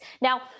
Now